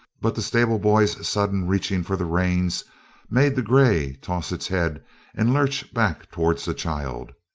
but the stable-boy's sudden reaching for the reins made the grey toss its head and lurch back towards the child.